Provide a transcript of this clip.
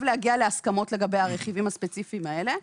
להגיע להסכמות לגבי הרכיבים הספציפיים האלה.